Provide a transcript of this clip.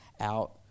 out